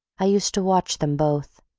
i used to watch them both,